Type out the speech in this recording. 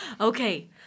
Okay